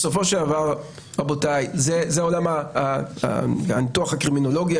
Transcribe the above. בסופו של דבר זה עולם הניתוח הקרימינולוגי,